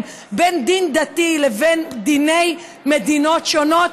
בין דין דתי לבין דיני מדינות שונות,